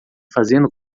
fazendo